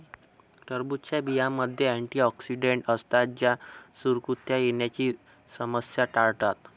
टरबूजच्या बियांमध्ये अँटिऑक्सिडेंट असतात जे सुरकुत्या येण्याची समस्या टाळतात